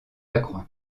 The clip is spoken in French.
lacroix